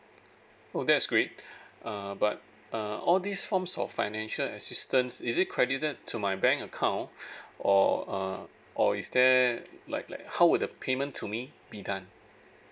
oh that's great uh but uh all these forms of financial assistance is it credited to my bank account or um or is there like like how would the payment to me be done